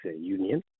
union